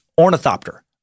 ornithopter